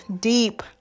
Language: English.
Deep